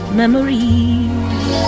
memories